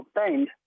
obtained